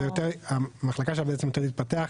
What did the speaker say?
המחלקה בעצם יותר תתפתח,